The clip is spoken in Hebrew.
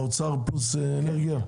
האוצר פלוס אנרגיה?